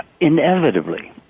inevitably